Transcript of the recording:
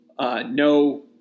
no